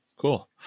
cool